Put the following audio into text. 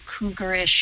cougarish